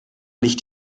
nicht